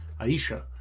Aisha